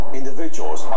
individuals